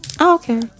okay